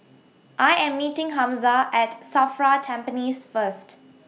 I Am meeting Hamza At SAFRA Tampines First